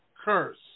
curse